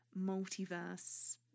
multiverse